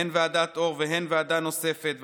הן ועדת אור והן ועדה נוספת,